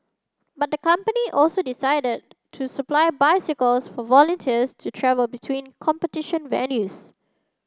but the company also decided to supply bicycles for volunteers to travel between competition venues